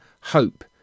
hope